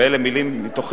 ואלה מלים מתוכי,